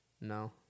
No